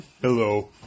Hello